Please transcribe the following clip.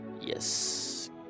yes